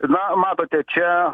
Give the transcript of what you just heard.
na matote čia